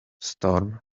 storm